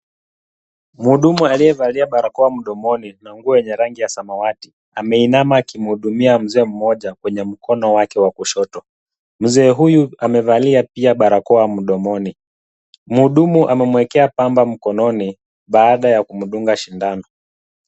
Mhudumu aliyevalia barakoa mdomoni na nguo yenye rangi ya samawati ameinama akimhudumia mzee mmoja kwenye mkono wake wa kushoto. Mzee huyu amevalia pia barakoa mdomoni. Mhudumu amemwekea pamba mkononi baada ya kumdunga sindano.